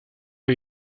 est